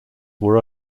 were